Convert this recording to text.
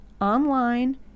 online